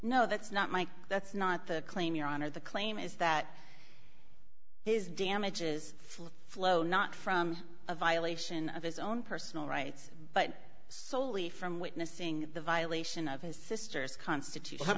no that's not my that's not the claim your honor the claim is that his damages flow not from a violation of his own personal rights but solely from witnessing the violation of his sister's constitut